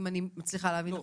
אם אני מצליחה להבין נכון.